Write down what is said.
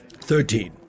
Thirteen